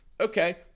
okay